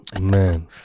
Man